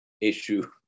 issue